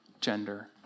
gender